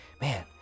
man